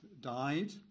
died